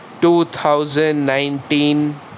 2019